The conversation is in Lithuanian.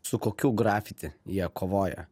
su kokiu grafiti jie kovoja